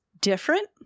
different